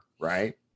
right